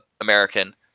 American